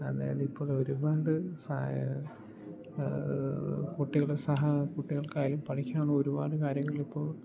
അതായത് ഇപ്പോൾ ഒരുപാട് സ കുട്ടികൾ സഹ കുട്ടികൾക്കായാലും പഠിക്കാൻ ഒരുപാട് കാര്യങ്ങൾ ഇപ്പോൾ